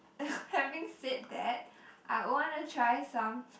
having said that I'd wanna try some